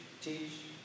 teach